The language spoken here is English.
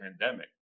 pandemic